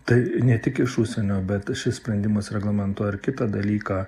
tai ne tik iš užsienio bet šis sprendimas reglamentuoja ir kitą dalyką